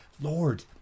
Lord